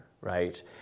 right